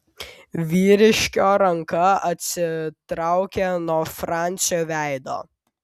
vyriškio ranka atsitraukė nuo francio veido